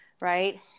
right